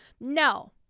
No